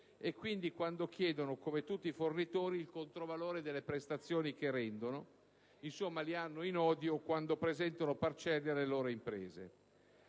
e quindi quando chiedono, come tutti i fornitori, il controvalore delle prestazioni che rendono (insomma, li hanno in odio quando presentano parcelle alle loro imprese);